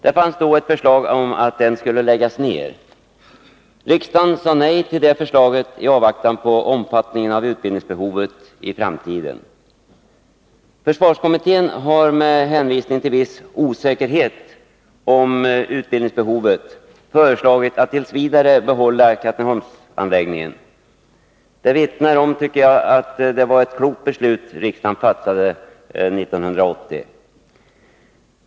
Det fanns då ett förslag om att den skulle läggas ned. Riksdagen sade nej till det förslaget i avvaktan på omfattningen av utbildningsbehovet i framtiden. Försvarskommittén har, med hänvisning till viss osäkerhet om utbildningsbehovet, föreslagit att man t. v. skall behålla Katrineholmsanläggningen. Det vittnar om, tycker jag, att det var ett klokt beslut riksdagen fattade 1980.